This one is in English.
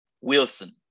Wilson